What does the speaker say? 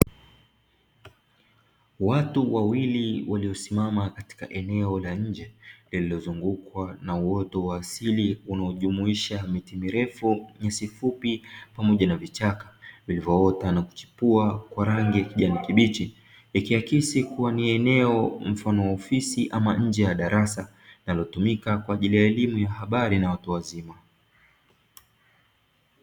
Watu wawili waliosimama katika eneo la nje lililozungukwa na uoto wa asili unaojumuisha miti mirefu, nyasi fupi pamoja na vichaka vilivyoota na kuchipua kwa rangi ya kijani kibichi. Ikiakisi kuwa ni eneo mfano wa ofisi ama nje ya darasa linalotumika kwa ajili ya elimu ya habari na watu wazima.